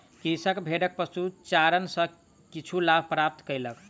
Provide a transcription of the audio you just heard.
कृषक भेड़क पशुचारण सॅ किछु लाभ प्राप्त कयलक